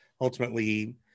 ultimately